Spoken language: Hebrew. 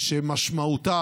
שמשמעותה